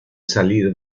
salir